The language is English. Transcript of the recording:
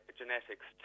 genetics